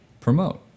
promote